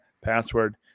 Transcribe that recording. password